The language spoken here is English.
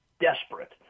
desperate